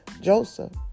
Joseph